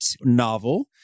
novel